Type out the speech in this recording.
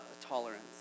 tolerance